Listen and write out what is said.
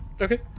Okay